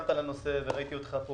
שנרתמת לנושא, וראיתי אותך פה